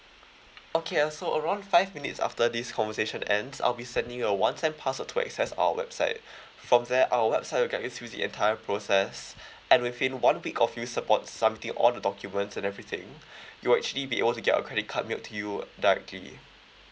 okay uh so around five minutes after this conversation ends I'll be sending you a one time password to access our website from there our website will guide you through the entire process and within one week of you support submitting all the documents and everything you will actually be able to get your credit card mailed to you directly